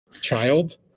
child